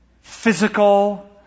physical